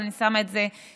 אבל אני שמה את זה בצד.